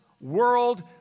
world